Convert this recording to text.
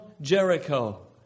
Jericho